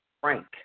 Frank